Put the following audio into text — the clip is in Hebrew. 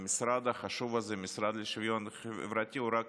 המשרד החשוב הזה, המשרד לשוויון חברתי, רק